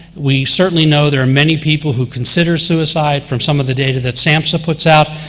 we certainly know there are many people who consider suicide from some of the data that samhsa puts out.